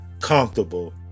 comfortable